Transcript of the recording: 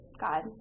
God